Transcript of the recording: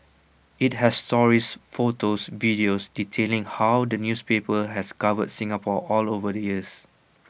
IT has stories photos and videos detailing how the newspaper has covered Singapore all over the years